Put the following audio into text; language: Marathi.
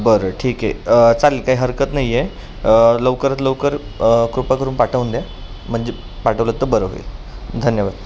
बरं ठीक आहे चालेल काही हरकत नाही आहे लवकरात लवकर कृपा करून पाठवून द्या म्हणजे पाठवलं तर बरं होईल धन्यवाद